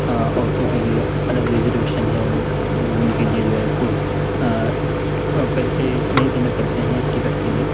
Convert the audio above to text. عورتوں کے لیے الگ ریزرویشن ہے وہ ان کے لیے جو ہے کوئی پیسے نہیں دینے پڑتے ہیں ٹکٹ کے لیے